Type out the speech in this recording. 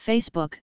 Facebook